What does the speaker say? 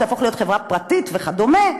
שתהפוך להיות חברה פרטית וכדומה,